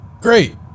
Great